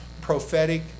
prophetic